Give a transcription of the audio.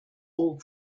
all